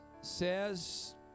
says